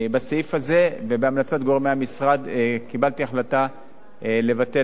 ובהמלצת גורמי המשרד קיבלתי החלטה לבטל את הסעיף,